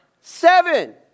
Seven